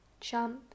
jump